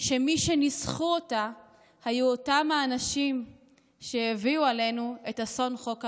שמי שניסחו אותה היו אותם האנשים שהביאו עלינו את אסון חוק הלאום,